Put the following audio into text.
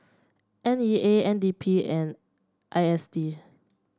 N E A N D P and I S D